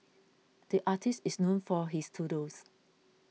the artist is known for his doodles